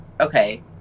okay